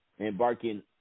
embarking